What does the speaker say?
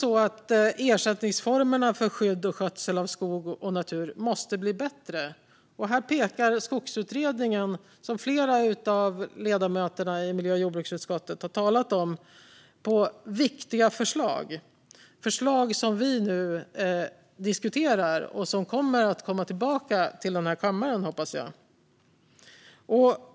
Ersättningsformerna för skydd och skötsel av skog och natur måste bli bättre. Här pekar Skogsutredningen, som flera av ledamöterna i miljö och jordbruksutskottet har talat om, på viktiga förslag. Det är förslag som vi nu diskuterar och som kommer att komma tillbaka till denna kammare, hoppas jag.